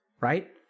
Right